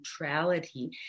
neutrality